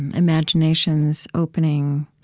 imaginations opening,